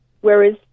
Whereas